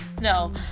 No